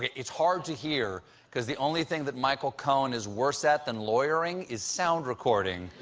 it's hard to hear because the only thing that michael cohen is worse at than lawyering is sound recording.